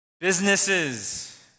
businesses